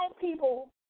people